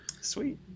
Sweet